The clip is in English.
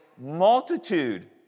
multitude